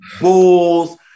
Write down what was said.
bulls